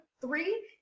three